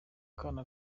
kana